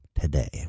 today